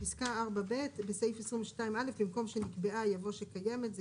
(4ב) בסעיף 22 (א) במקום "שנקבעה" יבוא "שקיימת".